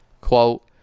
Quote